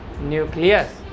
nucleus